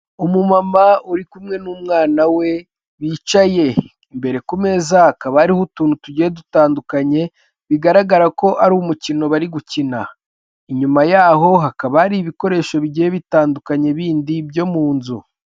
Umu mama uri kumwe n'umwana we bicaye imbere ku meza hakaba hariho utuntu tugiye dutandukanye bigaragara ko ari umukino bari gukina, inyuma yaho hakaba hari ibikoresho bigiye bitandukanye bindi byo mu nzu.